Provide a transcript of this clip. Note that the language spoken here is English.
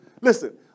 listen